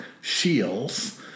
Shields